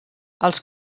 els